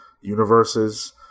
universes